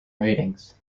ratings